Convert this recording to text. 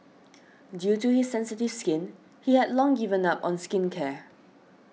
due to his sensitive skin he had long given up on skincare